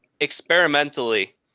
experimentally